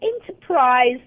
enterprise